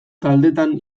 taldetan